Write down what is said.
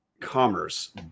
Commerce